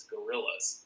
Gorillas